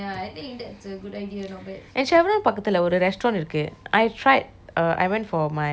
and chevron பக்கத்துல ஒரு:pakethuleh oru restaurant இருக்கு:irukku I tried err I went for my mum's birthday